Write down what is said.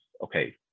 okay